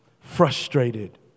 frustrated